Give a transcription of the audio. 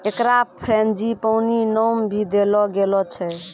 एकरा फ़्रेंजीपानी नाम भी देलो गेलो छै